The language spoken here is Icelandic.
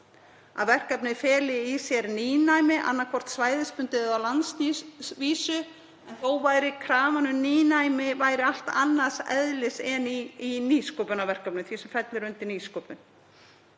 að verkefnið fæli í sér nýnæmi, annaðhvort svæðisbundið eða á landsvísu, en krafan um nýnæmi væri allt annars eðlis en í nýsköpunarverkefnum, því sem fellur undir nýsköpun.